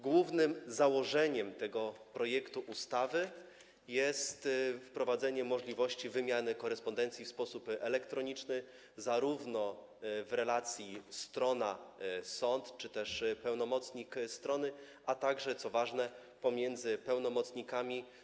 Głównym założeniem tego projektu ustawy jest wprowadzenie możliwości wymiany korespondencji w sposób elektroniczny zarówno w relacji: strona czy też pełnomocnik strony - sąd, jak również, co ważne, pomiędzy pełnomocnikami.